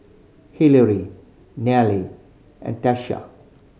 Hillery Nelia and Tyesha